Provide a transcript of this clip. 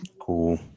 Cool